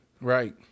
Right